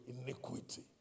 iniquity